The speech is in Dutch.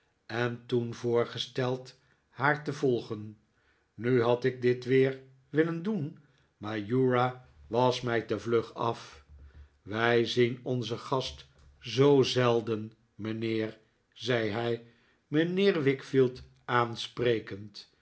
en toen voorgesteld haar te volgen nu had ik dit weer willen doen maar uriah was mij te vlug af wij zien onzen gast zoo zelden mijnheer zei hij mijnheer wickfield aansprekend